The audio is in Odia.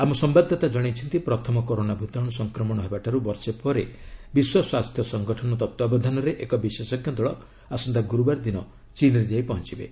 ଆମ ସମ୍ଘାଦଦାତା ଜଣାଇଛନ୍ତି ପ୍ରଥମ କରୋନା ଭୂତାଣୁ ସଂକ୍ରମଣ ହେବାଠାରୁ ବର୍ଷେ ପରେ ବିଶ୍ୱ ସ୍ୱାସ୍ଥ୍ୟ ସଂଗଠନ ତ୍ୱାବଧାନରେ ଏକ ବିଶେଷଜ୍ଞ ଦଳ ଆସନ୍ତା ଗୁରୁବାର ଦିନ ଚୀନ୍ରେ ଯାଇ ପହଞ୍ଚିବେ